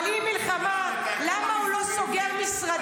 אבל אם מלחמה, למה הוא לא סוגר משרדים?